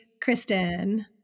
Kristen